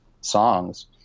songs